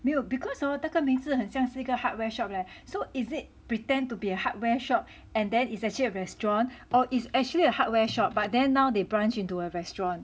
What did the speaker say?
没有 because hor 这个名字很像是一个 hardware shop leh so is it pretend to be a hardware shop and then is actually a restaurant or is actually a hardware shop but then now they branch into a restaurant